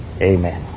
Amen